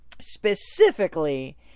Specifically